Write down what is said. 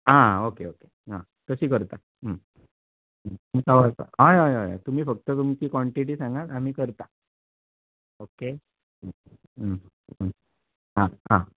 आं okay okay आं तशीं करतां हय हय तुमी फक्त तुमची कॉन्टेटी सांगात आमी करतां ओके आं आं